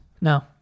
No